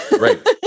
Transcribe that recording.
Right